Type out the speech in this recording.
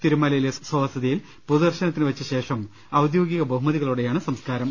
തിരുമലയിലെ സ്വവ സതിയിൽ പൊതുദർശനത്തിനുവെച്ച ശേഷം ഔദ്യോഗിക ബഹുമതികളോടെയാണ് സംസ്കാരം